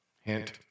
Hint